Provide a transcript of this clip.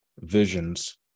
visions